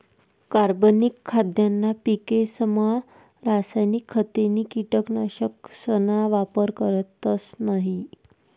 कार्बनिक खाद्यना पिकेसमा रासायनिक खते नी कीटकनाशकसना वापर करतस नयी